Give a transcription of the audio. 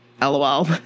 LOL